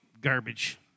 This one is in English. Garbage